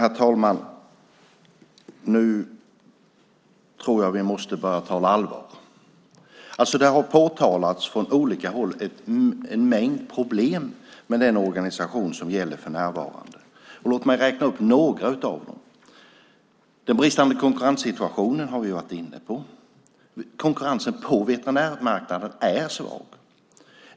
Herr talman! Nu tror jag att vi måste börja tala allvar. Det har påtalats från olika håll en mängd problem med den organisation som gäller för närvarande. Låt mig räkna upp några av dem. Vi har varit inne på den bristande konkurrenssituationen. Konkurrensen på veterinärmarknaden är svag.